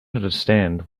understand